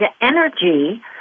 energy